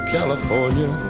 California